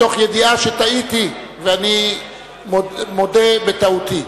מתוך ידיעה שטעיתי, ואני מודה בטעותי.